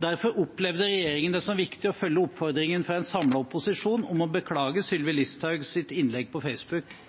Derfor opplevde regjeringen det som viktig å følge oppfordringen fra en samlet opposisjon om å beklage Sylvi Listhaugs innlegg på Facebook.